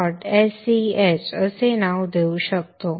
sch असे नाव देऊ शकतो